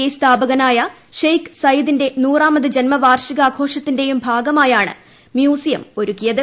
E സ്ഥാപകനായ Sheikh സയിദിന്റെ നൂറാമത് ജന്മവാർഷികാഘോഷത്തിന്റെയും ഭാഗമായാണ് മ്യൂസിയം ഒരുക്കിയത്